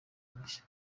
mushya